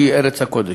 שהיא ארץ הקודש,